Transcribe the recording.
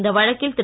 இந்த வழக்கில் திரு